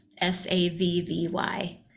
S-A-V-V-Y